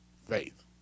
faith